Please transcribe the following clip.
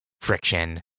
friction